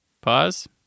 Pause